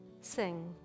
sing